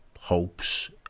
hopes